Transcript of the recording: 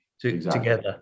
together